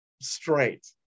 straight